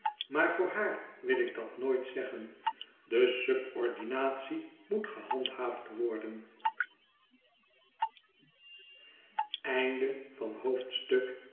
maar voor haar wil ik dat niet bekennen de subordinatie moet gehandhaafd worden